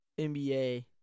NBA